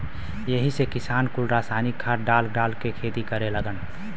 यही से किसान कुल रासायनिक खाद डाल डाल के खेती करे लगलन